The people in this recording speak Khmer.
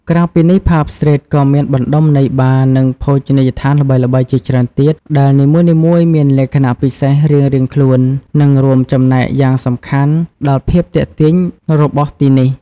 ក្រៅពីនេះ ផាប់ ស្ទ្រីត ក៏មានបណ្ដុំនៃបារ និងភោជនីយដ្ឋានល្បីៗជាច្រើនទៀត ដែលនីមួយៗមានលក្ខណៈពិសេសរៀងៗខ្លួន និងរួមចំណែកយ៉ាងសំខាន់ដល់ភាពទាក់ទាញរបស់ទីនេះ។